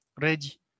ready